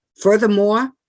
furthermore